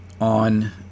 on